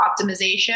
optimization